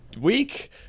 week